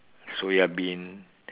soya bean